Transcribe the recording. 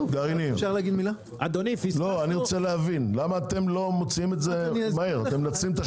אתם לא מוציאים את זה מהר?